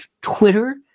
Twitter